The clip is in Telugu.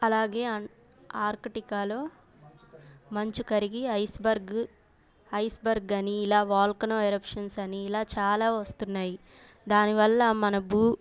అలాగే అం ఆర్కిటికాలో మంచు కరిగి ఐస్బర్గ్ అని ఇలా వాల్కెనో ఎరెప్షన్స్ అని ఇలా చాలా వస్తున్నాయి దానివల్ల మన భూ